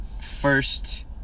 first